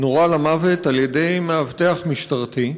נורה למוות על ידי מאבטח משטרתי.